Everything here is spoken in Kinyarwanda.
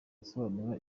asobanura